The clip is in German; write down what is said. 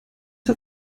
hat